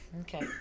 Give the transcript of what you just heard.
Okay